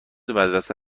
مدرسه